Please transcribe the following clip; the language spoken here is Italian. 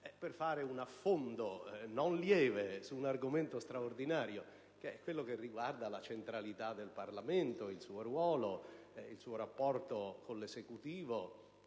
per fare un affondo non lieve su un argomento straordinario, che è quello che riguarda la centralità del Parlamento, il suo ruolo, il suo rapporto con l'Esecutivo